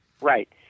Right